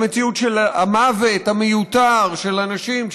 למציאות של המוות המיותר של אנשים,